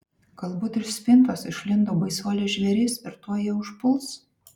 galbūt iš spintos išlindo baisuolis žvėris ir tuoj ją užpuls